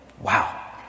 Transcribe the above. wow